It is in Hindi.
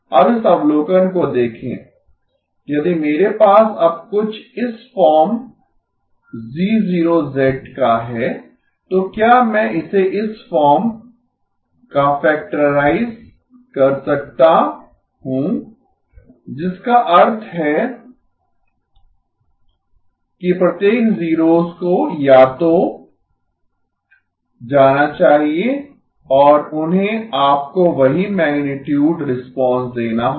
अब इस अवलोकन को देखें यदि मेरे पास अब कुछ इस फॉर्म G0 का है तो क्या मैं इसे इस फॉर्म का फैक्टराइज कर सकता हूं जिसका अर्थ है कि प्रत्येक जीरोस को या तो जाना चाहिए और उन्हें आपको वही मैगनीटुड रिस्पांस देना होगा